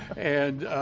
and